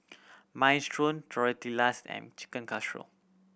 Minestrone Tortillas and Chicken Casserole